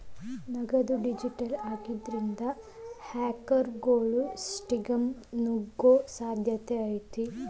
ನಗದು ಡಿಜಿಟಲ್ ಆಗಿದ್ರಿಂದ, ಹ್ಯಾಕರ್ಗೊಳು ಸಿಸ್ಟಮ್ಗ ನುಗ್ಗೊ ಸಾಧ್ಯತೆ ಐತಿ